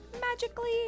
magically